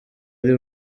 ari